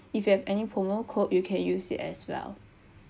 if you have any promo code you can use it as well